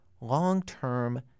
long-term